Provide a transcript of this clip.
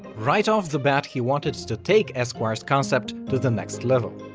right off the bat he wanted to take esquire's concept to the next level,